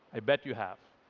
i bet you have.